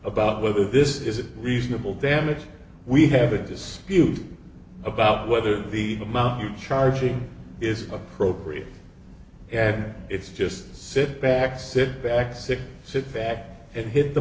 about whether this is a reasonable damage we have a dispute about whether the amount you're charging is appropriate and it's just sit back sit back sit sit back and hit the